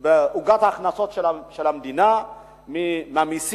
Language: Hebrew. בעוגת ההכנסות של המדינה מהמסים,